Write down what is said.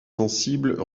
sensible